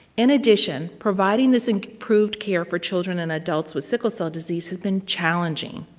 in addition, providing this improved care for children and adults with sickle cell disease have been challenging.